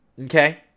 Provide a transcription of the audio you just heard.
Okay